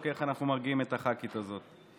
איך אנחנו מרגיעים את הח"כית הזאת.